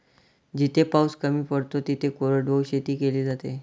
जिथे पाऊस कमी पडतो तिथे कोरडवाहू शेती केली जाते